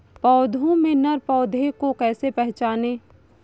पौधों में नर पौधे को कैसे पहचानें?